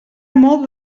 molt